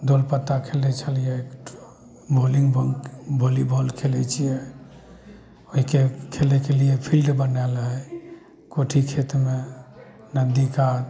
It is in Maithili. दौड़पत्ता खेलै छलियै बॉलिंग भोलीबॉल खेलै छियै ओहिके खेलेके लिए फिल्ड बनायल अइ कोठी खेतमे नदी कात